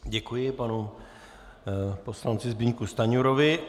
Děkuji panu poslanci Zbyňku Stanjurovi.